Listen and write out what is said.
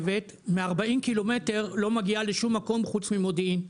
מ- 40 קילומטר לא מגיעה לשום מקום חוץ ממודיעין,